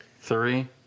Three